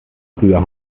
früher